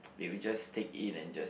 they will just take it and just